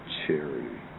charity